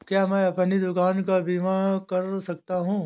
क्या मैं अपनी दुकान का बीमा कर सकता हूँ?